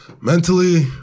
Mentally